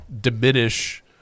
diminish